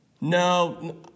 No